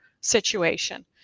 situation